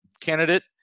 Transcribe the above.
candidate